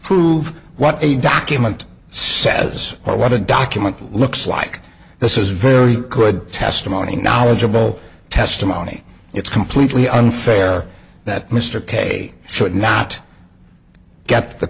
prove what a document says i want to document it looks like this is very good testimony knowledgeable testimony it's completely unfair that mr k should not get the